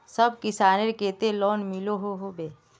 सब किसानेर केते लोन मिलोहो होबे?